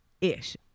Ish